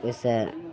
ओहिसे